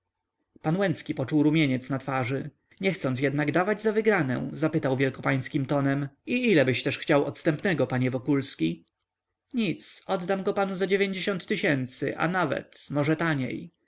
pan łęcki poczuł rumieniec na twarzy nie chcąc jednak dawać za wygranę zapytał wielkopańskim tonem i ilebyś też chciał odstępnego panie wokulski nic oddam go panu za tysięcy a nawet może taniej